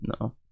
no